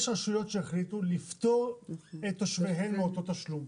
יש רשויות שהחליטו לפטור את תושביהם מאותו תשלום,